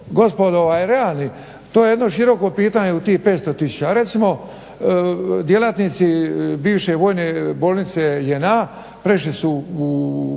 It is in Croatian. gospodo realni to je jedno široko pitanje u tih 500 tisuća. Recimo djelatnici bivše Vojne bolnice JNA prešli su u